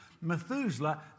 Methuselah